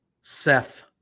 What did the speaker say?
Seth